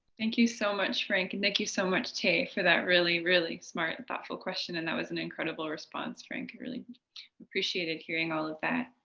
thank you so much, frank. and thank you so much, taye, for that really, really smart and thoughtful question. and that was an incredible response. frank, i really appreciated hearing all of that.